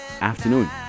afternoon